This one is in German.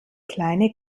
kleine